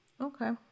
Okay